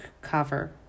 cover